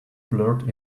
blurred